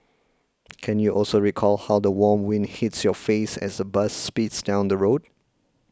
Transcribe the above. can you also recall how the warm wind hits your face as the bus speeds down the road